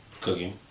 cooking